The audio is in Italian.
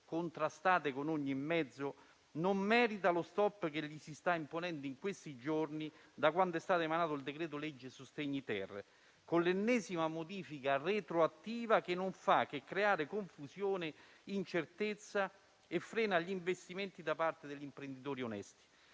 contrastate con ogni mezzo, non merita lo stop che gli si sta imponendo in questi giorni, da quando è stato emanato il decreto-legge sostegni-*ter*, con l'ennesima modifica retroattiva che non fa che creare confusione, incertezza e frena gli investimenti da parte degli imprenditori onesti.